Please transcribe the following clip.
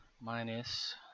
minus